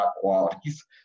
qualities